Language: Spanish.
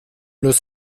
los